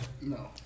No